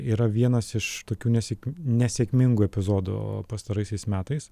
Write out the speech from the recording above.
yra vienas iš tokių nesėk nesėkmingų epizodų pastaraisiais metais